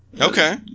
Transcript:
Okay